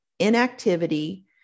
inactivity